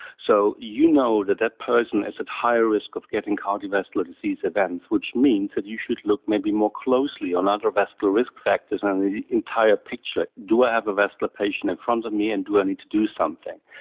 so you know that that person is at higher risk of getting cardiovascular disease events, which means that you should look maybe more closely at other vascular risk factors and the entire picture do i have a vascular patient in front of me and do i need to do something?